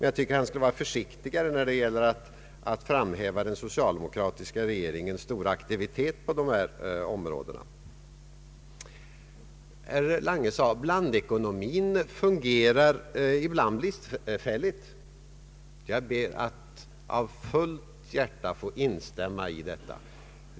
Jag tycker dock han skulle vara försiktigare när det gäller att framhäva den soicaldemokratiska regeringens stora aktivitet på dessa områden. Herr Lange sade att blandekonomin ibland fungerar bristfälligt. Jag ber att av fullt hjärta få instämma i detta.